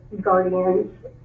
guardians